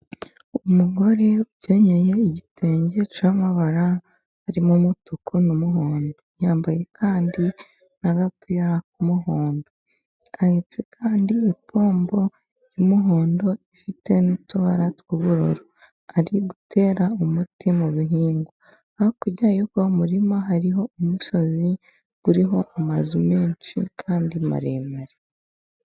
Umugore ukenyeye igitenge cy'amabara arimo umutuku n'umuhondo. Yambaye kandi n'agapira k'umuhondo. Ahetse kandi ipombo y'umuhondo ifite n'utubara tw'ubururu. Ari gutera umuti mu bihingwa. Hakurya y'uwo murima hariho umusozi uriho amazu menshi kandi maremare.